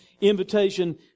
invitation